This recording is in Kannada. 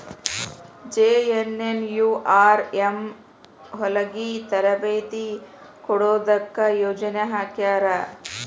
ಜೆ.ಎನ್.ಎನ್.ಯು.ಆರ್.ಎಂ ಹೊಲಗಿ ತರಬೇತಿ ಕೊಡೊದಕ್ಕ ಯೊಜನೆ ಹಾಕ್ಯಾರ